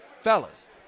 Fellas